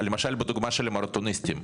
למשל בדוגמה של המרתוניסטים,